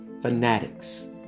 fanatics